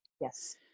Yes